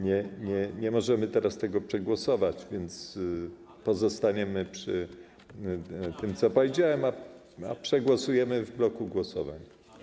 Nie, nie możemy teraz nad tym głosować, więc pozostaniemy przy tym, co powiedziałem, a przegłosujemy w bloku głosowań.